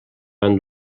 van